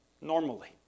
Normally